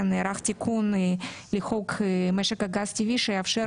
נערך תיקון לחוק משק הגז הטבעי שיאפשר